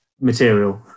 material